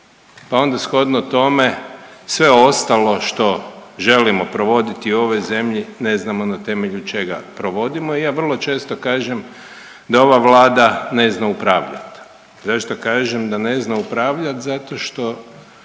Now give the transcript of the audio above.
pa onda shodno tome sve ostalo što želimo provoditi u ovoj zemlji ne znamo na temelju čega provodimo. I ja vrlo često kažem da ova Vlada ne zna upravljat. Zašto kažem da ne zna upravljat? Zato što